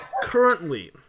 Currently